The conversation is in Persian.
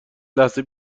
لحظه